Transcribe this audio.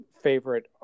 favorite